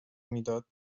میداد